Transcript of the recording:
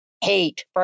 hate